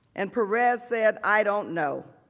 and perez said i don't know.